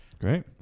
Great